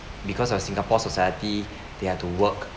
because of singapore's society they have to work